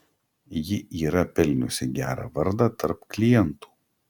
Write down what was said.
ji yra pelniusi gerą vardą tarp klientų